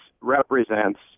represents